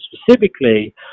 specifically